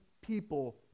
people